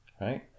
right